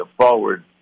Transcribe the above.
forward